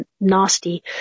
nasty